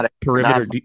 perimeter